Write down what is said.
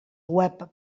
web